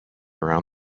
around